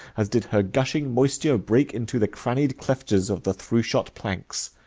as did her gushing moisture break into the crannied cleftures of the through shot planks.